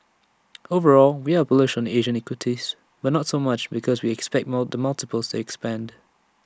overall we are bullish on Asian equities why not so much because we expect more the multiples to expand